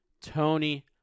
tony